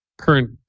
current